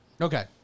Okay